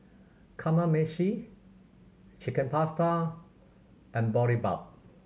Kamameshi Chicken Pasta and Boribap